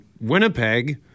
Winnipeg